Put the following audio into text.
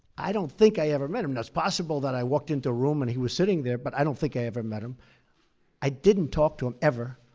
i don't think i ever met him. now, it's possible that i walked into a room and he was sitting there, but i don't think i ever met him i didn't talk to him, ever.